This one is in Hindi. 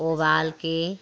उबाल के